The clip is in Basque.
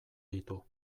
ditu